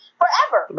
forever